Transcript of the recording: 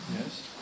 Yes